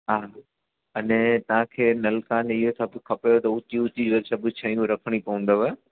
हा अने तव्हांखे नलिका इहे सभु खपेव त ऊंची ऊंची इहे सभु शयूं रखणी पवंदव